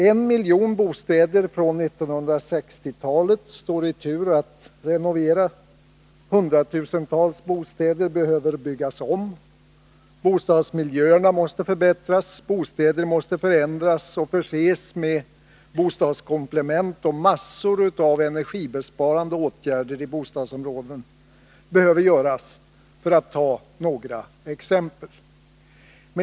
En miljon bostäder från 1960-talet står i tur att renoveras, hundratusentals bostäder behöver byggas om, bostadsmiljöerna måste förbättras, bostäder måste förändras och förses med bostadskomplement och massor av energibesparande åtgärder i bostadsområden behöver göras — för att ta några exempel.